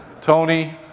Tony